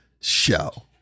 show